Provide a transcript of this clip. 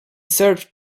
served